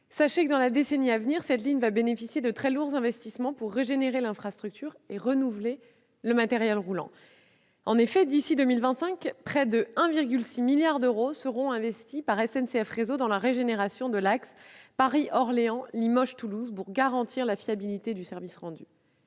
Dans la décennie à venir, cette ligne va bénéficier de très lourds investissements, pour régénérer l'infrastructure et renouveler le matériel roulant. En effet, d'ici à 2025, près de 1,6 milliard d'euros seront investis par SNCF Réseau dans la régénération de cet axe, afin de garantir la fiabilité du service rendu.